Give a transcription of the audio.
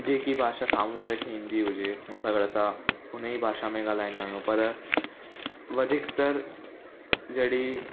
जेकी भाषा साम्हूं वारे खे ईंदी हुजे उन सां गॾु असां उन ई भाषा में ॻाल्हाईंदा आहियूं पर वधीकतर जॾहिं